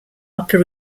upper